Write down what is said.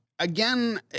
Again